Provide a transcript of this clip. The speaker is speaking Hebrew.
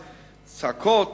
צעקות.